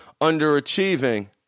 underachieving